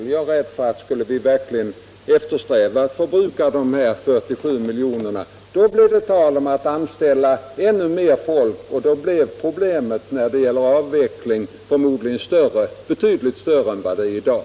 Om vi verkligen skulle eftersträva att förbruka dessa 47 miljoner är jag rädd för att det blir tal om att anställa ännu mer folk, och då blir problemet vid en neddragning förmodligen betydligt större än i dag.